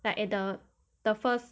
like at the the first